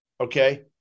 Okay